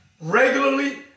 regularly